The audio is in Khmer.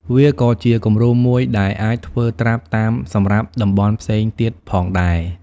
វាក៏ជាគំរូមួយដែលអាចធ្វើត្រាប់តាមសម្រាប់តំបន់ផ្សេងទៀតផងដែរ។